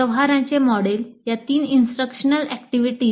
व्यवहाराचे मॉडेल या तीन इंस्ट्रकशनल ऍक्टिव्हिटीज